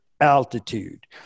altitude